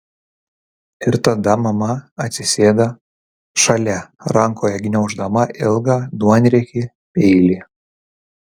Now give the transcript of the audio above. ir tada mama atsisėda šalia rankoje gniauždama ilgą duonriekį peilį